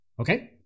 Okay